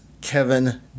Kevin